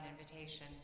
invitation